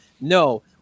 No